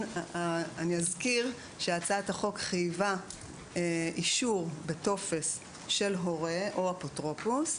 אני אזכיר שהצעת החוק חייבה אישור בטופס של הורה או אפוטרופוס,